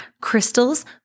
Crystals